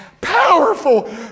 powerful